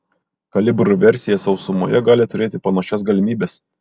kalibr versija sausumoje gali turėti panašias galimybes